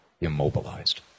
immobilized